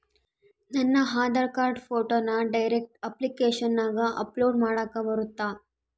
ನನ್ನ ಆಧಾರ್ ಕಾರ್ಡ್ ಫೋಟೋನ ಡೈರೆಕ್ಟ್ ಅಪ್ಲಿಕೇಶನಗ ಅಪ್ಲೋಡ್ ಮಾಡಾಕ ಬರುತ್ತಾ?